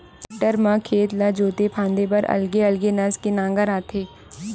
tractor म खेत ला जोते फांदे बर अलगे अलगे नास के नांगर आथे